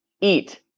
eat